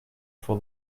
for